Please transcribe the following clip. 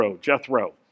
Jethro